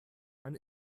man